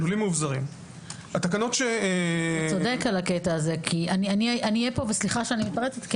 סליחה שאני מתפרצת,